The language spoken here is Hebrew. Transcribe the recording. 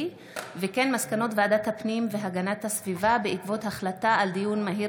מסקנות ועדת הפנים והגנת הסביבה בעקבות דיון מהיר